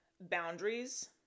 boundaries